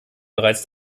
bereits